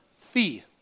Fee